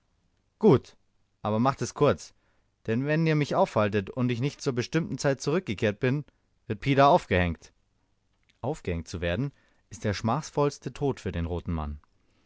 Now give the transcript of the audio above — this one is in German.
gut aber macht es kurz denn wenn ihr mich aufhaltet und ich nicht zur bestimmten zeit zurückgekehrt bin wird pida aufgehängt aufgehängt zu werden ist der schmachvollste tod für einen roten man